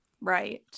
Right